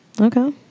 Okay